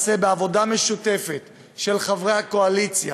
בעבודה משותפת של חברי הקואליציה